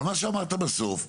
מה שאמרת בסוף נכון,